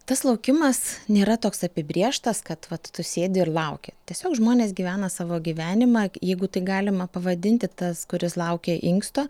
tas laukimas nėra toks apibrėžtas kad vat tu sėdi ir lauki tiesiog žmonės gyvena savo gyvenimą jeigu tai galima pavadinti tas kuris laukia inksto